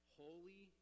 holy